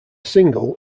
single